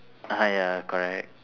(uh huh) ya correct